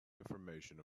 information